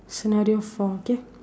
scenario four okay